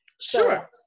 Sure